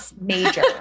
major